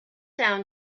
down